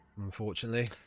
Unfortunately